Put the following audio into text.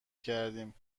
کردیم